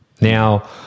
Now